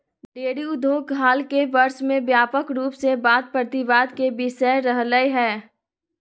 dairy उद्योग हाल के वर्ष में व्यापक रूप से वाद प्रतिवाद के विषय रहलय हें